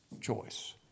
choice